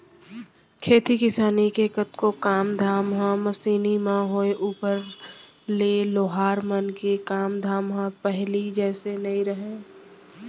खेती किसानी के कतको काम धाम ह मसीनी म होय ऊपर ले लोहार मन के काम धाम ह पहिली जइसे नइ रहिगे